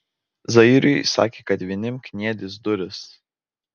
zairiui sakė kad vinim kniedys duris